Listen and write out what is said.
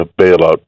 bailout